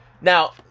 Now